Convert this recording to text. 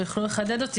ויוכלו לתקן אותי,